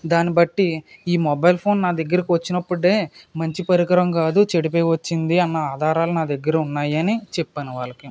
దానిబట్టి ఈ mobile phone నా దగ్గరకి వచ్చినప్పుడే మంచి పరికరం కాదు చెడిపోయి వచ్చింది అన్న అధారాలు నా దగ్గర ఉన్నాయి అని చెప్పాను వాళ్ళకి